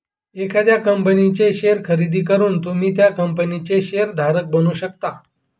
एखाद्या कंपनीचे शेअर खरेदी करून तुम्ही त्या कंपनीचे शेअर धारक बनू शकता